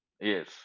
Yes